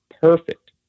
perfect